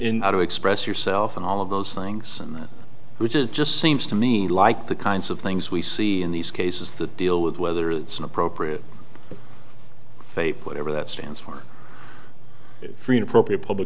in how to express yourself and all of those things which is just seems to me like the kinds of things we see in these cases that deal with whether it's an appropriate faith whatever that stands for free and proper public